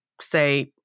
say